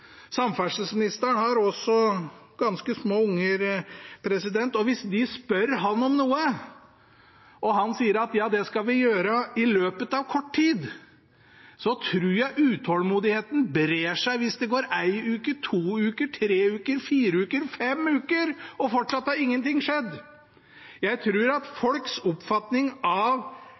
Samferdselsministeren har ganske små barn, og hvis de spør ham om noe, og han sier at det skal de gjøre i løpet av kort tid, tror jeg utålmodigheten brer seg hvis det går én uke, to uker, tre uker, fire uker, fem uker og fortsatt har ingenting skjedd. Jeg tror at folks oppfatning av